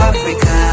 Africa